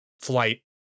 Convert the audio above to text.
flight